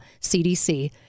CDC